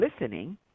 listening